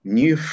new